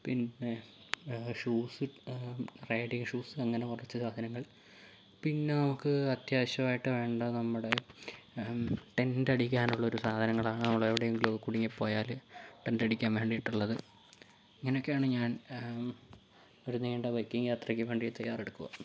പിന്നെ shoes riding shoes അങ്ങനെ കുറച്ച് സാധനങ്ങൾ പിന്നെ നമുക്ക് അത്യാവശ്യമായിട്ട് വേണ്ട നമ്മുടെ ടെൻ്റടിക്കാനുള്ള ഒരു സാധനങ്ങളാണ് നമ്മൾ എവിടെയെങ്കിലുമൊക്കെ കുടുങ്ങിപ്പോയാൽ ടെൻ്റടിക്കാൻ വേണ്ടിയിട്ടുള്ളത് ഇങ്ങനെയൊക്കെയാണ് ഞാൻ ഒരു നീണ്ട ബൈക്കിങ്ങ് യാത്രയ്ക്ക് വേണ്ടി തയ്യാറെടുക്കുക